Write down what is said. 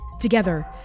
Together